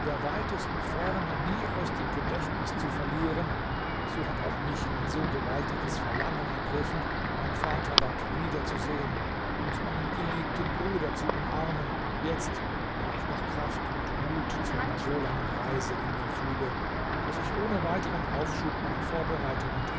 der weitesten ferne nie aus dem gedächtnis zu verlieren so hat auch mich ein so gewaltiges verlangen ergriffen mein vaterland wiederzusehen und meinen geliebten bruder zu umarmen jetzt da ich noch kraft und mut zu einer so langen reise in mir fühle daß ich ohne weiteren aufschub meine vorbereitungen